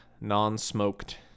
non-smoked